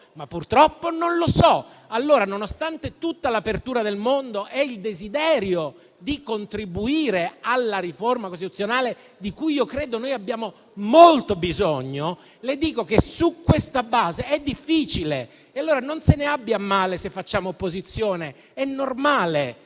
ma purtroppo non lo so. Allora, nonostante tutta l'apertura del mondo ed il desiderio di contribuire alla riforma costituzionale, di cui io credo che noi abbiamo molto bisogno, le dico che, su questa base, è difficile. Quindi, non se ne abbia a male se facciamo opposizione: è normale.